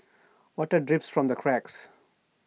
water drips from the cracks